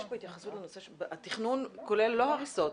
יש פה התייחסות לנושא של התכנון לא כולל הריסות,